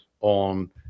on